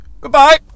Goodbye